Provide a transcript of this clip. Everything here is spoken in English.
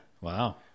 Wow